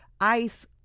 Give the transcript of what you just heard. ice